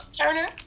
Turner